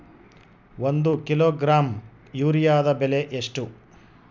ಒಂದು ಕಿಲೋಗ್ರಾಂ ಯೂರಿಯಾದ ಬೆಲೆ ಎಷ್ಟು?